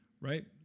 right